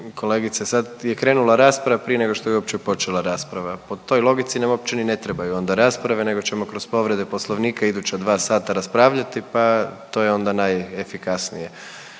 kolegice sad je krenula rasprava prije nego što je uopće počela rasprava. Po toj logici nam uopće ni ne trebaju onda rasprave nego ćemo kroz povrede Poslovnika iduća 2 sata raspravljati pa to je onda najefikasnije.